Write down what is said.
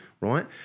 right